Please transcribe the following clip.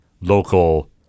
local